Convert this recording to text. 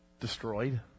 destroyed